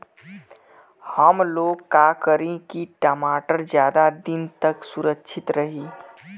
हमलोग का करी की टमाटर ज्यादा दिन तक सुरक्षित रही?